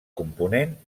component